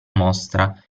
mostra